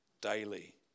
daily